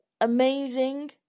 amazing